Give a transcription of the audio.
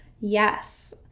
yes